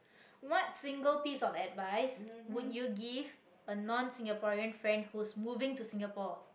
what single piece of advice would you give a non-singaporean friend who is moving to singapore